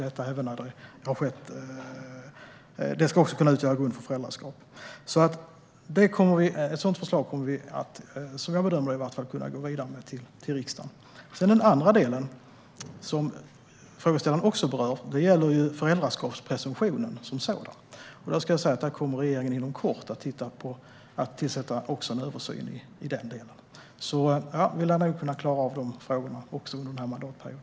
Det ska också kunna utgöra grund för föräldraskap. Som jag bedömer det kommer vi att kunna gå vidare med ett sådant förslag till riksdagen. Den andra delen, som frågeställaren också berör, gäller föräldraskapspresumtionen som sådan. Regeringen kommer inom kort att göra en översyn i den delen. Vi lär nog klara av de frågorna under denna mandatperiod.